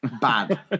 bad